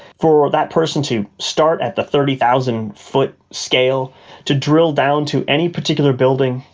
for that person to start at the thirty thousand foot scale to drill down to any particular building,